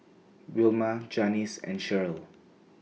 Wilma Janis and Shirl